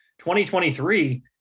2023